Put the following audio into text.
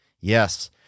Yes